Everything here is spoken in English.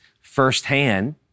firsthand